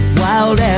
wild